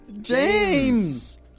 James